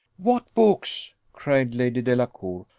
what books? cried lady delacour.